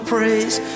praise